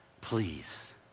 please